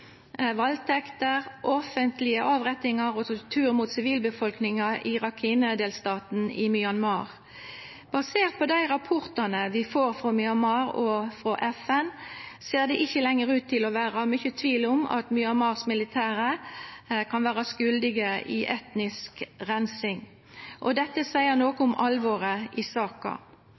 offentlige avrettinger og tortur mot sivilbefolkningen i Rakhine-delstaten i Myanmar. Basert på de rapportene vi får fra Myanmar og fra FN, ser det ikke lenger ut til å være mye tvil om at Myanmars militære kan være skyldige i etnisk rensing. Dette sier noe om alvoret i